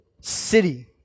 city